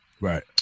Right